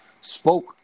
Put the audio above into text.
spoke